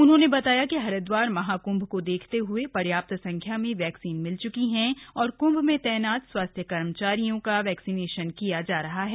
उन्होंने बताया कि हरिद्वार महाकृंभ को देखते हए र्याप्त संख्या में वैक्सीन मिल च्की है और कृंभ में तैनात स्वास्थ्य कर्मचारियों ता वैक्सीनेशन किया जा रहा है